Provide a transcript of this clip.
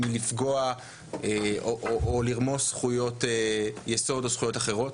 לפגוע או לרמוס זכויות יסוד או זכויות אחרות?